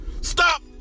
stop